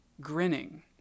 grinning